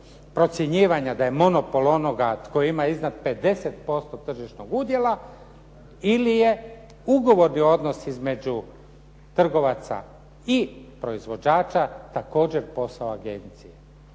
procjenjivanja da je monopol onoga tko ima iznad 50% tržišnog udjela ili je ugovorni odnos između trgovaca i proizvođača također posao agencije.